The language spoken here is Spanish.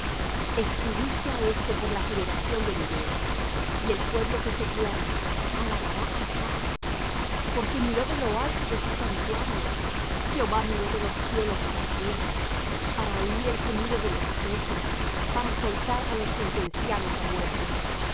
escribirse ha esto para la generación venidera y el pueblo que se criará alabará á jah porque miró de lo alto de su santuario jehová miró de los cielos á la tierra para oir el gemido de los presos para soltar á los sentenciados á muerte